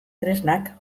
tresnak